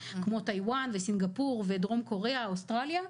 כמו טאיוואן וסינגפור ודרום קוריאה ואוסטרליה,